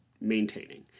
maintaining